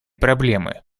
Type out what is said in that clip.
проблемы